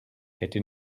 hätte